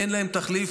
אין להם תחליף,